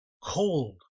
cold